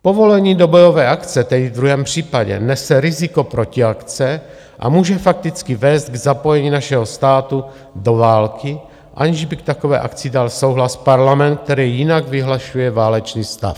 Povolení do bojové akce tedy v druhém případě nese riziko protiakce a může fakticky vést k zapojení našeho státu do války, aniž by k takové akci dal souhlas Parlament, který jinak vyhlašuje válečný stav.